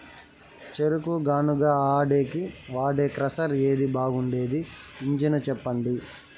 చెరుకు గానుగ ఆడేకి వాడే క్రషర్ ఏది బాగుండేది ఇంజను చెప్పండి?